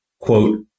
quote